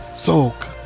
Soak